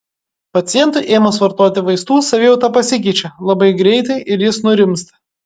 pacientui ėmus vartoti vaistų savijauta pasikeičia labai greitai ir jis nurimsta